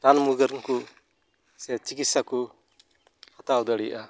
ᱨᱟᱱ ᱢᱩᱨᱜᱟᱹᱱ ᱠᱩ ᱥᱮ ᱪᱤᱠᱤᱥᱥᱟ ᱠᱩ ᱦᱟᱛᱟᱣ ᱫᱟᱲᱮᱭᱟᱜᱼᱟ